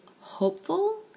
hopeful